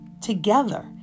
together